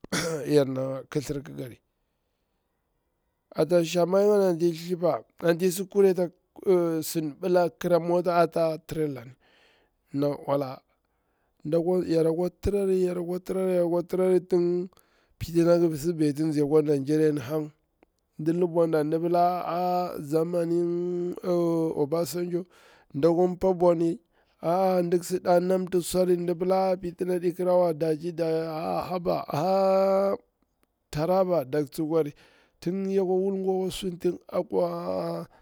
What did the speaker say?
yar na klithir kikari, ata shishang maika ni anti i thliɓa anti i si kori sinɓila kra mota ata trailer ni, na ola, yara lkwa trili yara kwa trili tin pintina nan binzi akwa nigerini hang, ndi lubwa apa, nɗipila zamair obasanjo, aha taraba dak tsikwa ri tin yakwa wul suni akwa jeka.